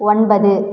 ஒன்பது